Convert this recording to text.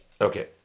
Okay